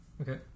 Okay